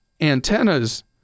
antennas